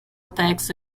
attacks